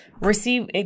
receive